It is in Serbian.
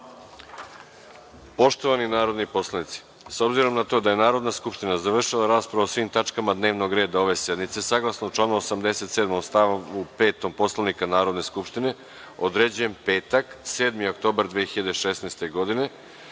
celini. Poštovani narodni poslanici, s obzirom na to da je Narodna skupština završila raspravu o svim tačkama dnevnog reda ove sednice, saglasno članu 87. stav 5. Poslovnika Narodne skupštine, određujem petak, 7. oktobar 2016. godine,